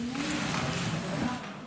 כאלה?